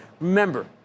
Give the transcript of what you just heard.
remember